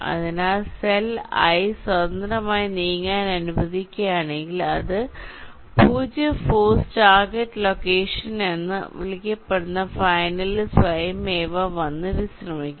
അതിനാൽ cell i സ്വതന്ത്രമായി നീങ്ങാൻ അനുവദിക്കുകയാണെങ്കിൽ അത് 0 ഫോഴ്സ് ടാർഗെറ്റ് ലൊക്കേഷൻ എന്ന് വിളിക്കപ്പെടുന്ന ഫൈനലിൽ സ്വയമേവ വന്ന് വിശ്രമിക്കും